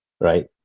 right